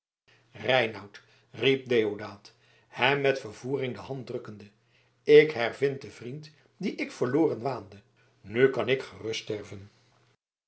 riep deodaat hem met vervoering de hand drukkende ik hervind den vriend dien ik verloren waande nu kan ik gerust sterven